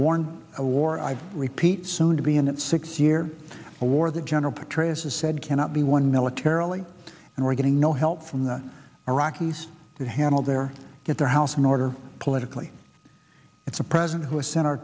worn a war i repeat soon to be in that six year war that general petraeus has said cannot be won militarily and we're getting no help from the iraqis to handle their get their house in order politically it's a president who has sent our